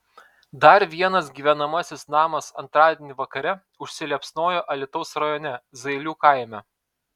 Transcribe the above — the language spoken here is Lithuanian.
dar vienas gyvenamasis namas antradienį vakare užsiliepsnojo alytaus rajone zailių kaime